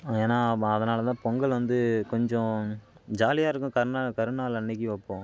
ஏன்னால் அப் அதனால் தான் பொங்கல் வந்து கொஞ்சம் ஜாலியாக இருக்கும் கருநா கருநாள் அன்றைக்கு வைப்போம்